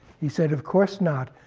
he said, of course not.